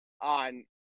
on